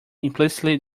implicitly